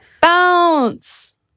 bounce